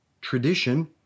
Tradition